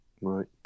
Right